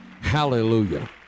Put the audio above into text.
Hallelujah